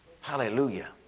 Hallelujah